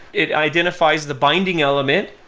it identifies the binding element,